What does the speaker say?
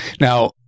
Now-